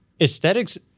aesthetics